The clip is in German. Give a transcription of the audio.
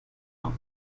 auf